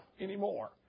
anymore